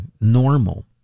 normal